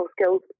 skills